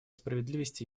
справедливости